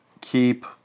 keep